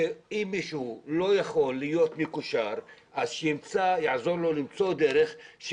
שאם מישהו לא יכול להיות מקושר אז שיעזור לו למצוא דרך.